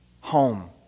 home